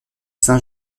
saint